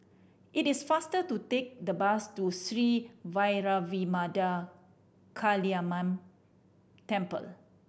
it is faster to take the bus to Sri Vairavimada Kaliamman Temple